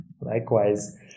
Likewise